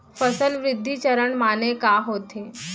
फसल वृद्धि चरण माने का होथे?